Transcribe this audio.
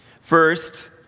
First